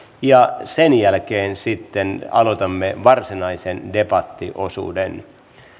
ja sen jälkeen sitten aloitamme varsinaisen debattiosuuden